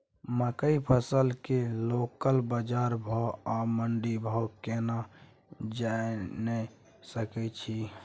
मकई फसल के लोकल बाजार भाव आ मंडी भाव केना जानय सकै छी?